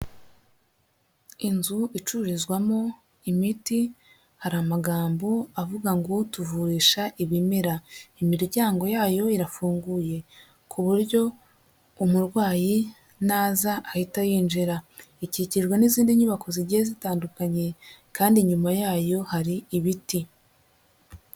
Inzu icururizwamo imiti; hari amagambo avuga ngo tuvurisha ibimera. Imiryango yayo irafunguye ku buryo umurwayi naza ahita yinjira. Itwikirwa n'izindi nyubako zigiye zitandukanye kandi nyuma yayo hari ibiti.